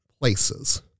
places